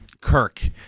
kirk